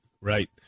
Right